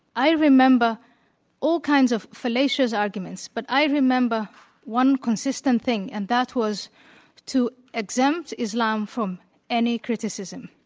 i remember all kind of fallacious arguments. but i remember one consistent thing, and that was to exempt islam from any criticism.